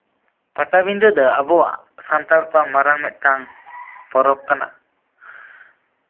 ᱯᱟᱴᱟᱵᱤᱸᱫᱟᱹ ᱫᱚ ᱟᱵᱚᱣᱟᱜ ᱥᱟᱱᱛᱟᱲ ᱠᱚᱣᱟᱜ ᱢᱟᱨᱟᱝ ᱢᱤᱫᱴᱟᱹᱝ ᱯᱚᱨᱚᱵ ᱠᱟᱱᱟ